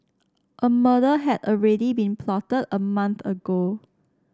a murder had already been plotted a month ago